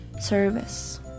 service